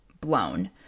blown